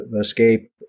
escape